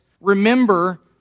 remember